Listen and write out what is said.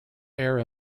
air